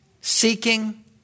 seeking